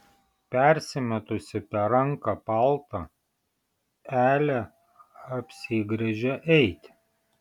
persimetusi per ranką paltą elė apsigręžia eiti